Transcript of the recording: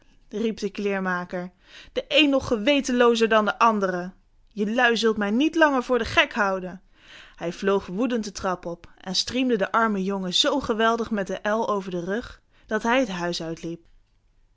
riep de kleermaker de een nog gewetenloozer dan de andere jelui zult mij niet langer voor den gek houden en hij vloog woedend de trap op en striemde den armen jongen zoo geweldig met de el over den rug dat hij het huis uitliep